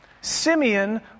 Simeon